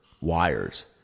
wires